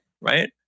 Right